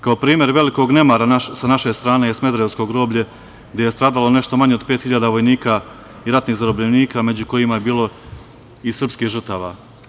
Kao primer velikog nemara sa naše strane je Smederevsko groblje gde je stradalo nešto manje od 5.000 vojnika i ratnih zarobljenika među kojima je bilo i srpskih žrtava.